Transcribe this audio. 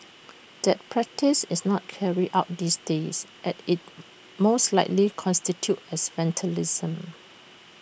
that practice is not carried out these days at IT most likely constitutes as vandalism